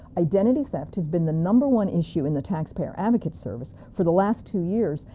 identity theft has been the number one issue in the taxpayer advocate service for the last two years,